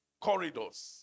corridors